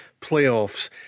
playoffs